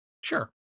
Sure